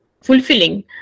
fulfilling